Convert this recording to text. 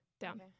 down